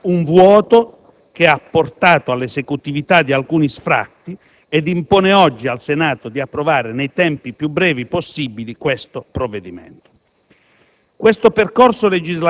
Quel voto ha creato un vuoto che ha portato all'esecutività di alcuni sfratti ed impone oggi al Senato di approvare nei tempi più brevi possibili il provvedimento